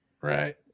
right